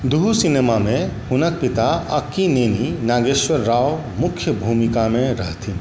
दुहू सिनेमामे हुनक पिता अक्कीनेनी नागेश्वर राव मुख्य भूमिकामे रहथिन